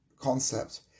concept